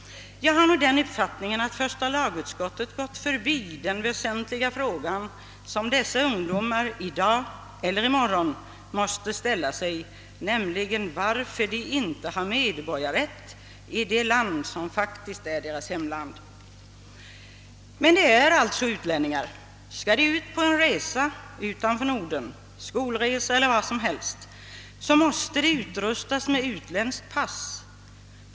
Jag har faktiskt uppfattningen att första lagutskottet gått förbi den väsentliga fråga som dessa ungdomar i dag eller i morgon måste ställa sig, nämligen varför de inte har medborgarrätt i det land som faktiskt är deras hemland. Men de är alltså utlänningar. Skall de ut på en resa utanför Norden — en skolresa eller vad som helst — måste de utrustas med utländskt pass.